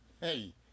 Hey